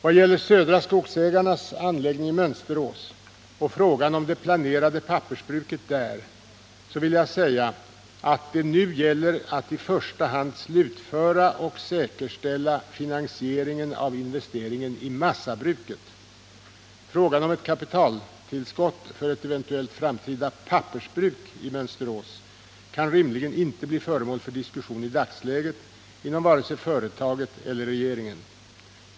Vad gäller Södra Skogsägarnas anläggning i Mönsterås och frågan om det planerade pappersbruket där vill jag säga att det nu gäller att i första hand slutföra och säkerställa finansieringen av investeringen i massabruket. Frågan om ett kapitaltillskott för ett eventuellt framtida pappersbruk i Mönsterås kan rimligen inte bli föremål för diskussion i dagsläget inom vare sig företaget eller regeringen.